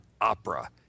opera